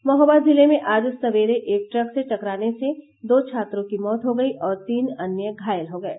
महोबा जिले में आज सवेरे एक ट्रक से टकराने से दो छात्रों की मौत हो गई और तीन अन्य घायल हो गये